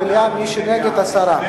בעד המליאה, מי שנגד, הסרה.